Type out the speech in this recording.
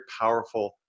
powerful